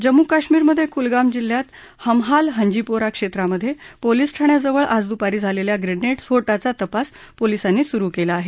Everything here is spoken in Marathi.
जम्मू कश्मीरमधे कुलगाम जिल्ह्यात हमहाल हंजिपोरा क्षेत्रामधे पोलिसठाण्याजवळ आज दुपारी झालेल्या ग्रेनेड स्फोटाचा तपास पोलीसांनी सुरु केला आहे